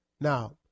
Now